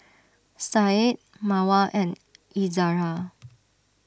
Said Mawar and Izzara